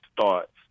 thoughts